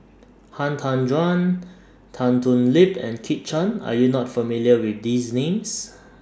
Han Tan Juan Tan Thoon Lip and Kit Chan Are YOU not familiar with These Names